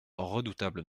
redoutable